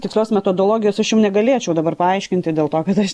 tikslios metodologijos aš jum negalėčiau dabar paaiškinti dėl to kad aš